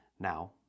Now